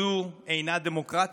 זו אינה דמוקרטיה,